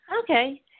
Okay